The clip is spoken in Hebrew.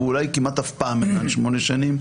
ואולי כמעט אף פעם אינן 8 שנים,